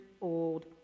old